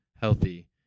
healthy